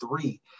three